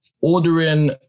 Ordering